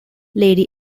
lady